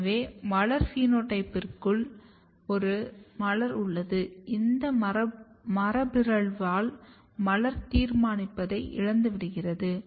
எனவே மலர் பினோடைப்பிற்குள் ஒரு மலர் உள்ளது இந்த மரபுபிறழ்வால் மலர் தீர்மானத்தை இழந்துவிடுகிறது